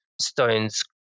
Stone's